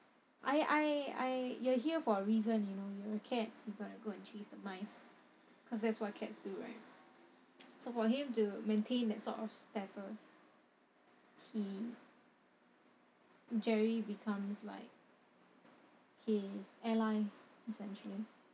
I I I you're here for a reason you know you're a cat you gotta go and chase the mice cause that's what cats do right so for him to maintain that sort of status he jerry becomes like his ally essentially